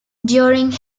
during